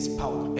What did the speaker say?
power